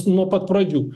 nuo pat pradžių